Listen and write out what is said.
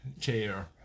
chair